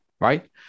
right